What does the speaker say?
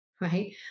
right